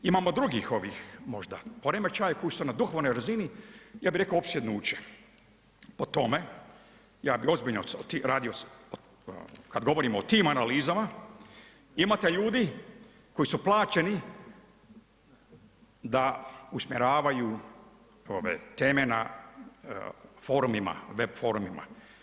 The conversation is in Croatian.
Imamo drugih ovih možda poremećaja koji su na duhovnoj razini, ja bi rekao opsjednuće, po tome ja bi ozbiljno radio kad govorimo o tim analizama, imate ljudi koji su plaćeni da usmjeravaju ove teme na forumima, web forumima.